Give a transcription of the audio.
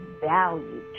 value